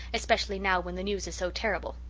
especially now when the news is so terrible.